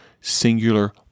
singular